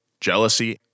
jealousy